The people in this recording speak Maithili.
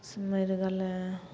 से मरि गेलै